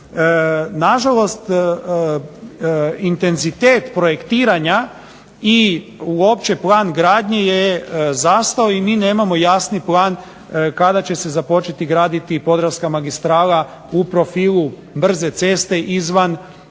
Na žalost intenzitet projektiranja i uopće plan gradnje je zastao i mi nemamo jasni plan kada će se graditi Jadranska magistrala u profilu brze ceste izvan